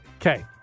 Okay